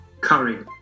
Curry